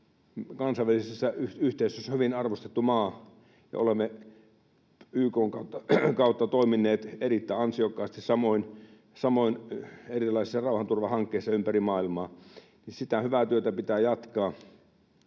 kansainvälisessä yhteisössä hyvin arvostettu maa ja olemme YK:n kautta toimineet erittäin ansiokkaasti, samoin erilaisissa rauhanturvahankkeissa ympäri maailmaa, niin sitä hyvää työtä pitää jatkaa